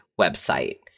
website